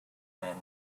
man